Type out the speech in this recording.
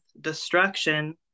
destruction